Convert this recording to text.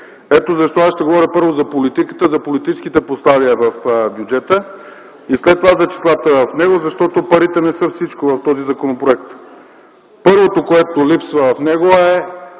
Ето защо ще говоря първо за политиката, за политическите послания в бюджета, и след това за числата в него, защото парите не са всичко в този законопроект. Първото, което липсва в него, е